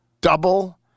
Double